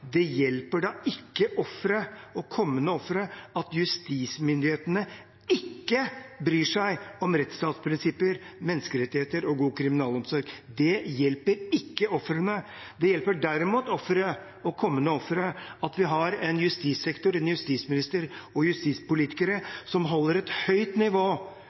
det hjelper ikke ofre og kommende ofre at justismyndighetene ikke bryr seg om rettsstatsprinsipper, menneskerettigheter og god kriminalomsorg. Det hjelper ikke ofrene. Det hjelper derimot ofre og kommende ofre at vi har en justissektor, en justisminister og justispolitikere som holder et høyt nivå